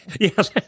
yes